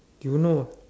do you know